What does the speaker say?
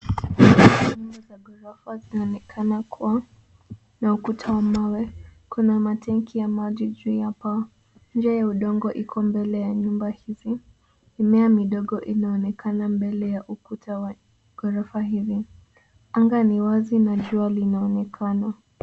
Nyumba za ghorofa zinaonekana kuwa na ukuta wa mawe. Kuna matanki ya maji juu ya paa. Njia ya udongo iko mbele ya nyumba hizi. Mimea midogo inaonekana mbele ya ukuta wa ghorofa hizi. Anga ni wazi na jua linaonekana.